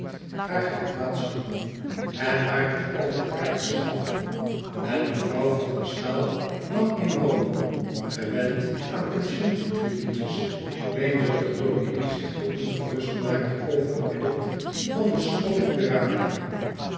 haar geen kwaad zoû doen en haar nog altijd kaartjes gaf en mevrouw van der staal lang in rome gewend aan pension intriguetjes meende dat cornélie zich te ongerust maakte over het lot van de schoone